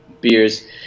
beers